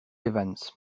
evans